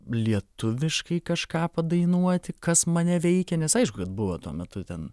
lietuviškai kažką padainuoti kas mane veikė nes aišku kad buvo tuo metu ten